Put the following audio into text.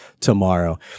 Tomorrow